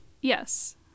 Yes